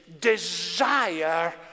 desire